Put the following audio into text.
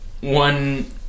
One